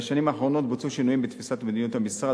בשנים האחרונות היו שינויים בתפיסת מדיניות המשרד,